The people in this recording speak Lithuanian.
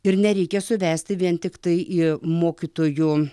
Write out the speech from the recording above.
ir nereikia suvesti vien tiktai į mokytojų